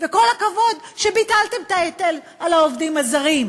וכל הכבוד שביטלתם את ההיטל על העובדים הזרים.